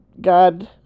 God